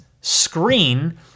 screen